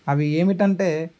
అవి ఏమిటి అంటే